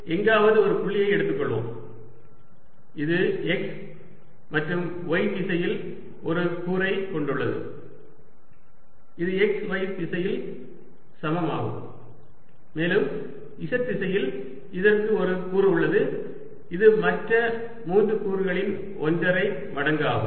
இங்கே எங்காவது ஒரு புள்ளியை எடுத்துக்கொள்வோம் இது x மற்றும் y திசையில் ஒரு கூறை கொண்டுள்ளது இது x y திசையில் சமம் ஆகும் மேலும் z திசையில் இதற்கு ஒரு கூறு உள்ளது இது மற்ற மூன்று கூறுகளின் ஒன்றரை மடங்கு ஆகும்